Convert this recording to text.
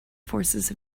forces